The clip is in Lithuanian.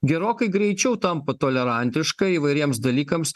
gerokai greičiau tampa tolerantiška įvairiems dalykams